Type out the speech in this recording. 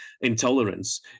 intolerance